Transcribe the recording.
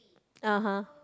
(uh huh)